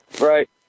Right